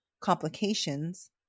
complications